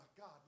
God